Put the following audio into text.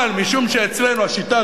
אבל משום שאצלנו השיטה,